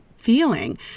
feeling